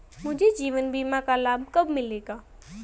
मुझे जीवन बीमा का लाभ कब मिलेगा?